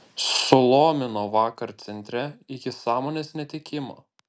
sulomino vakar centre iki sąmonės netekimo